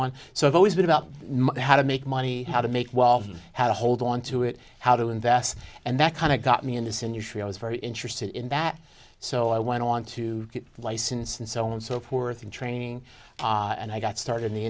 on so i've always been about how to make money how to make well how to hold onto it how to invest and that kind of got me in this industry i was very interested in that so i went on to get licensed and so on and so forth in training and i got started in the